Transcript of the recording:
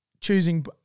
choosing